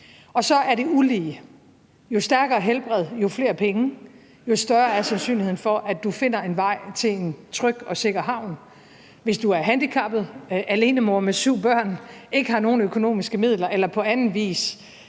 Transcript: Og så er det ulige, for jo stærkere helbred, jo flere penge, jo større er sandsynligheden for, at du finder en vej til en tryg og sikker havn. Hvis du er handicappet, alenemor med syv børn, ikke har nogen økonomiske midler eller på anden vis